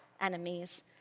enemies